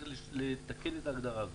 צריך לתקן את ההגדרה הזאת.